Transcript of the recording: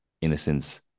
innocence